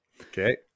Okay